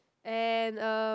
and uh